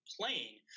playing